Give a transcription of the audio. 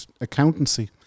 accountancy